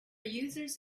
users